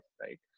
right